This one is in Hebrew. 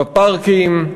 בפארקים,